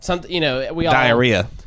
Diarrhea